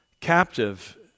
captive